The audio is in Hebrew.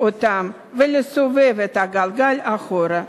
אותם ולסובב את הגלגל אחורה.